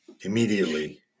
immediately